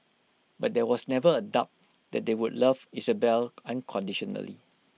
but there was never A doubt that they would love Isabelle unconditionally